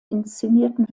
inszenierten